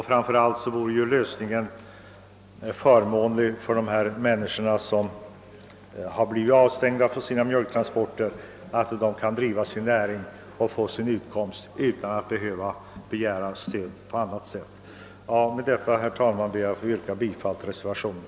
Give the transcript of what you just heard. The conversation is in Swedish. Framför allt är det förmånligt för de människor som har blivit avstängda från mjölktransporter att de kan driva sin näring och få sin utkomst utan att begära stöd på annat sätt. Herr talman! Med detta ber jag att få yrka bifall till reservationen.